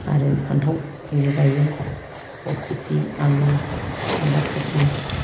आरो फान्थाव एरि गायो अल खफि आलु बान्दा खफि